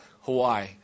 Hawaii